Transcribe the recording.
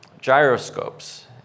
gyroscopes